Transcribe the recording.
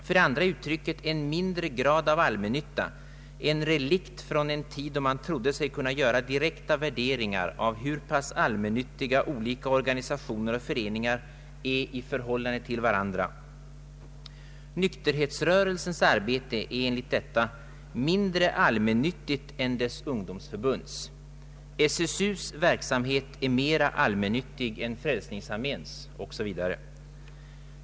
För det andra är uttrycket ”en mindre grad av allmännytta” en relikt från en tid då man trodde sig kunna göra direkta värderingar av hur pass allmännyttiga olika organisationer och föreningar är i förhållande till varandra. Nykterhetsrörelsens arbete är enligt dessa värderingar mindre allmännyttigt än dess ungdomsförbunds, och SSU:s verksamhet är mera allmännyttig än Frälsningsarméns, o.s.v.